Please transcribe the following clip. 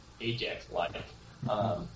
Ajax-like